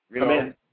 Amen